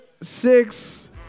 six